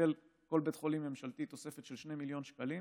וקיבל כל בית חולים ממשלתי תוספת של 2 מיליון שקלים